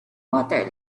water